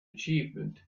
achievement